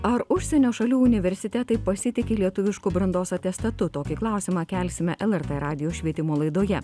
ar užsienio šalių universitetai pasitiki lietuvišku brandos atestatu tokį klausimą kelsime lrt radijo švietimo laidoje